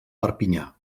perpinyà